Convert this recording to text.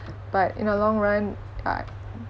but in the long run uh